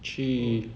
去